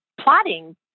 plotting